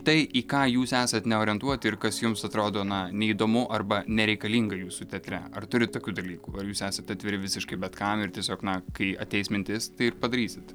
tai į ką jūs esate neorientuoti ir tai kas jums atrodo na neįdomu arba nereikalinga jūsų teatre ar turit tokių dalykų ar jūs esat atviri visiškai bet kam ir tiesiog na kai ateis mintis tai padarysit